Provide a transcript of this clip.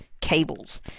cables